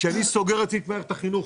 כשאני סוגר את מערכת החינוך,